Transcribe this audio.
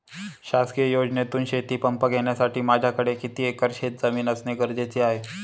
शासकीय योजनेतून शेतीपंप घेण्यासाठी माझ्याकडे किती एकर शेतजमीन असणे गरजेचे आहे?